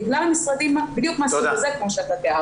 בגלל משרדים בדיוק מהסוג הזה כמו שתיארת.